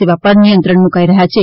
સેવા ઉપર નિયંત્રણ મુકાઇ રહ્યા છે